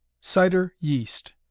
CIDER-YEAST